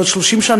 בעוד 30 שנה,